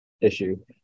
issue